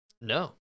No